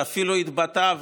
שאפילו התבטא,